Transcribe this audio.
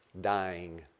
dying